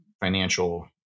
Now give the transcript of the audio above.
financial